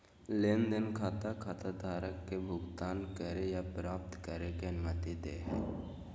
लेन देन खाता खाताधारक के भुगतान करे या प्राप्त करे के अनुमति दे हइ